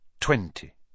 Twenty